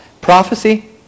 Prophecy